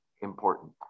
important